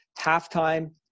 halftime